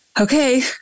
Okay